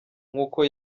nk’uko